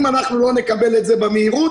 אם לא נקבל את זה במהירות